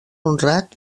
honrat